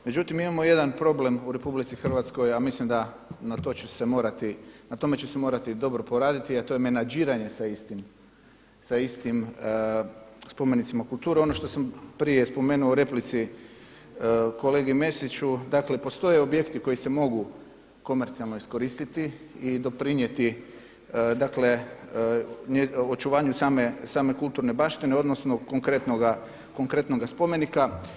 Međutim, mi imamo jedna problem u RH a mislim da na tome će se morati dobro poraditi a to je menađiranje sa istim spomenicima kulture, ono što sam prije spomenuo u replici kolegi Mesiću, dakle postoje objekti koji se mogu komercijalno iskoristiti i doprinijeti dakle očuvanju same kulturne baštine odnosno konkretnoga spomenika.